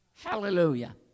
Hallelujah